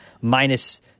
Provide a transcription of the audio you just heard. minus –